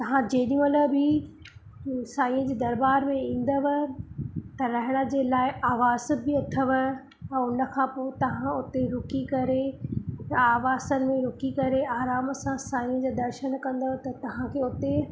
तव्हां जेॾीमहिल बि साईंअ जे दरबार में ईंदव त रहण जे लाइ आवास बि अथव ऐं उन खां पोइ तव्हां हुते रुकी करे आवास में रुकी करे आराम सां साईं जा दर्शन कंदव त तव्हां खे हुते